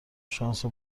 شانس